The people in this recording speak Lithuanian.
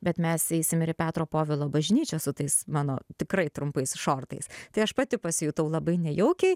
bet mes eisim ir petro povilo bažnyčios su tais mano tikrai trumpais šortais tai aš pati pasijutau labai nejaukiai